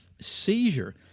seizure